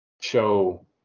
show